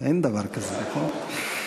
אין דבר כזה, נכון?